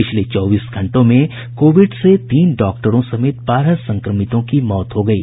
पिछले चौबीस घंटों में कोविड से तीन डॉक्टरों समेत बारह संक्रमितों की मौत हो गयी